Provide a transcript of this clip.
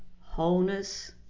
wholeness